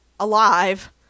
alive